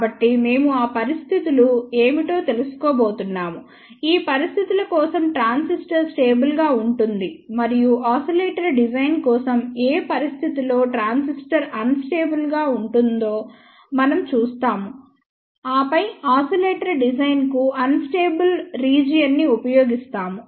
కాబట్టి మేము ఆ పరిస్థితులు ఏమిటో తెలుసుకోబోతున్నాము ఈ పరిస్థితుల కోసం ట్రాన్సిస్టర్ స్టేబుల్ గా ఉంటుంది మరియు ఆసిలేటర్ డిజైన్ కోసం ఏ పరిస్థితి లో ట్రాన్సిస్టర్ అన్ స్టేబుల్ గా ఉందో మనం చూస్తాము ఆపై ఆసిలేటర్ డిజైన్ కు అన్ స్టేబుల్ రీజియన్ ని ఉపయోగిస్తాము